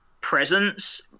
presence